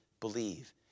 believe